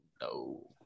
No